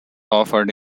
offered